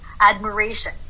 admiration